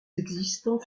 existants